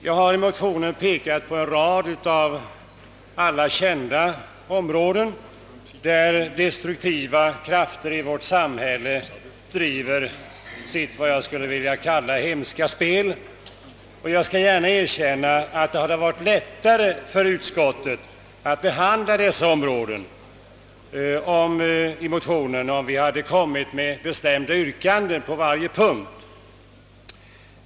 Jag har i motionen pekat på en rad av alla kända områden där destruktiva åtgärder i vårt samhälle driver sitt vad jag skulle vilja kalla hemska spel. Jag skall gärna erkänna att det hade varit lättare för utskottet att behandla dessa områden om vi i motionen hade framställt bestämda yrkanden på varje punkt.